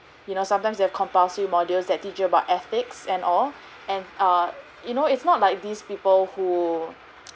you know sometimes they have compulsory modules that teacher by ethics and all and err you know it's not like these people who